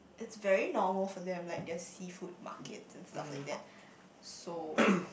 it's very normal for them like their seafood markets and stuff like that so